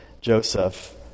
Joseph